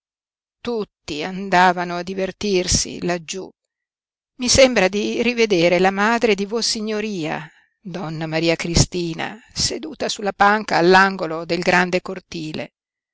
tutti andavano a divertirsi laggiú i sembra di rivedere la madre di vossignoria donna maria cristina seduta sulla panca all'angolo del grande cortile